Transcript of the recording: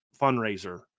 fundraiser